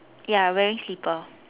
ya wearing slipper